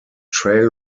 trail